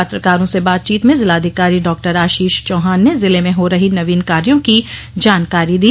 पत्रकारों से बातचीत में जिलाधिकारी डॉ आशीष चौहान ने जिले में हो रही नवीन कार्यों की जानकारी दी